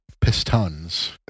Pistons